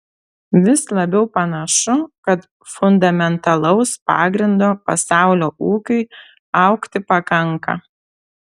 vis labiau panašu kad fundamentalaus pagrindo pasaulio ūkiui augti pakanka